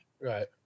Right